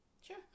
sure